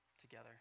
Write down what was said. together